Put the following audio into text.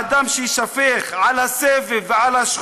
למה, כולם רוצים לחיות בה?